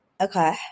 Okay